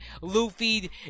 luffy